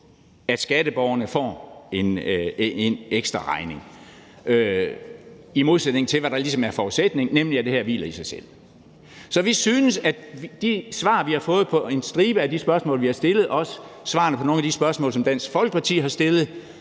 at skatteborgerne får en ekstraregning, i modsætning til hvad der ligesom er forudsætningen, nemlig at det her hviler i sig selv. Så vi synes, at de svar, vi har fået på en stribe af de spørgsmål, vi har stillet, og også svarene på nogle af de spørgsmål, som Dansk Folkeparti har stillet,